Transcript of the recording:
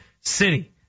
city